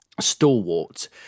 Stalwart